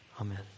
Amen